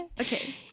okay